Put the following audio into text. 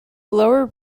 lower